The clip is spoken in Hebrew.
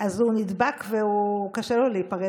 הוא נדבק וקשה לו להיפרד.